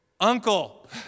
uncle